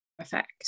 effect